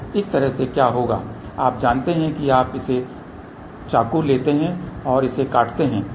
तो इस तरह से क्या होगा आप जानते हैं कि आप इसे चाकू लेते हैं और इसे काटते हैं